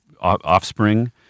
offspring